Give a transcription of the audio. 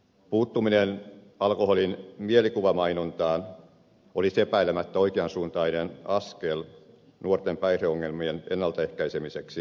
puuttuminen alkoholin mielikuvamainontaan olisi epäilemättä oikeansuuntainen askel nuor ten päihdeongelmien ennaltaehkäisemiseksi